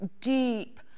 deep